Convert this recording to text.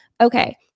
okay